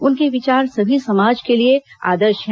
उनके विचार सभी समाज के लिए आदर्श हैं